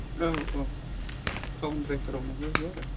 औ औ थाउनद्रायथार नङाबाबो आरो